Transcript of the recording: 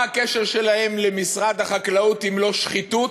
מה הקשר שלהם למשרד החקלאות אם לא שחיתות,